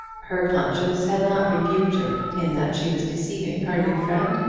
her conscience had not rebuked her in that she was deceiving her new friend.